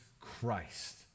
Christ